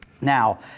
Now